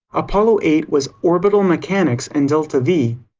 apollo eight was orbital mechanics and delta-vee.